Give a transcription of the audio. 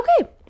Okay